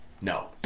no